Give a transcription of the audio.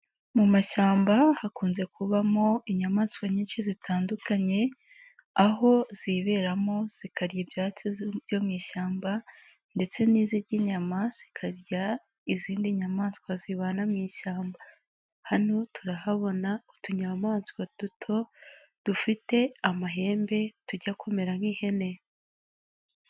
Mu mashyamba hakunze kubamo inyamaswa nyinshi zitandukanye, aho ziberamo zikarya ibyatsi byo mu ishyamba ndetse n'izirya inyama zikarya izindi nyamaswa zibana mu ishyamba. Hano turahabona utunyamaswa duto, dufite amahembe tujya kumera nk'ihene.